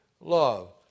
love